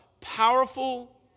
Powerful